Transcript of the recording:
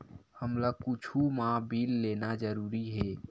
हमला कुछु मा बिल लेना जरूरी हे?